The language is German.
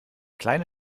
kleine